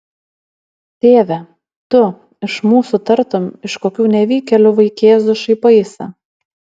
tėve tu iš mūsų tartum iš kokių nevykėlių vaikėzų šaipaisi